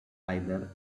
either